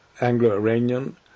Anglo-Iranian